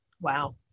Wow